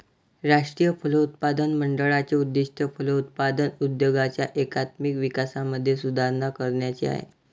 राष्ट्रीय फलोत्पादन मंडळाचे उद्दिष्ट फलोत्पादन उद्योगाच्या एकात्मिक विकासामध्ये सुधारणा करण्याचे आहे